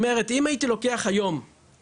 ב-2018 הייתה החלטת ממשלה בה החליטו על